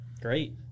Great